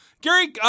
Gary